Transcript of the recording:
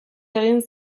egin